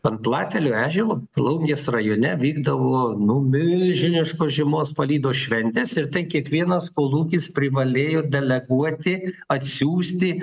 ant platelių eželo plungės rajone vykdavo nu milžiniškos žiemos palydos šventės ir tai kiekvienas kolūkis privalėjo deleguoti atsiųsti